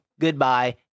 goodbye